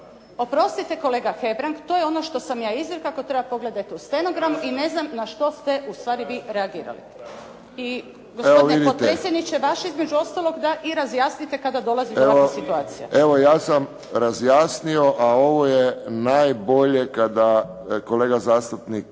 Oprostite kolega Hebrang, to je ono što sam ja izrekla. Ako treba pogledajte u stenogramu i ne znam na što ste ustvari vi reagirali. I gospodine potpredsjedniče, vaše je između ostalog da i razjasnite kada dolazi do ovakve situacije. **Friščić, Josip (HSS)** Evo ja sam razjasnio, a ovo je najbolje kada kolega zastupnik